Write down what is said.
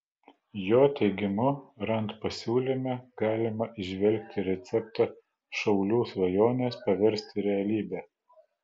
jo teigimu rand pasiūlyme galima įžvelgti receptą šaulių svajones paversti realybe